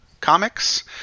Comics